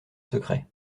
secret